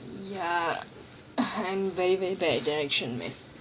ya I'm very very bad at direction